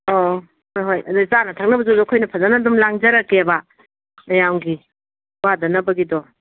ꯑꯧ ꯍꯣꯏ ꯍꯣꯏ ꯑꯗꯨꯗꯤ ꯆꯥꯅ ꯊꯛꯅꯕꯁꯨ ꯑꯩꯈꯣꯏꯅ ꯐꯖꯅ ꯑꯗꯨꯝ ꯂꯥꯡꯖꯔꯛꯀꯦꯕ ꯃꯌꯥꯝꯒꯤ ꯋꯥꯗꯅꯕꯒꯤꯗꯣ